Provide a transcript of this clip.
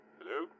Hello